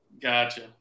Gotcha